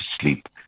sleep